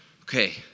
Okay